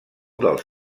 dels